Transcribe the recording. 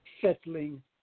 settling